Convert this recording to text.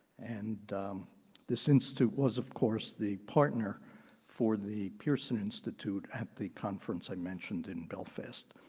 and this institute was, of course, the partner for the pearson institute at the conference i mentioned in belfast.